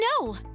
No